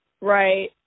Right